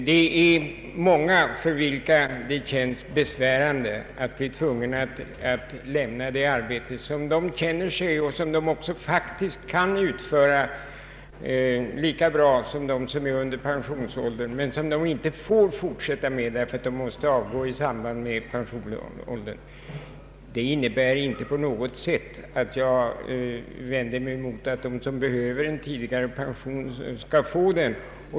Det är många för vilka det känns besvärande att bli tvungna att lämna det arbete som de känner sig kunna och faktiskt kan utföra lika bra som de som är under pensionsåldern, De får emellertid inte fortsätta arbeta, utan måste avgå vid uppnådd pensionsålder. Det innebär inte på något sätt att jag vänder mig mot att de som behöver tidigare pensionsålder skall få det.